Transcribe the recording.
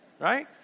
Right